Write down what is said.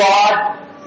God